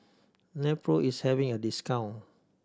Nepro is having a discount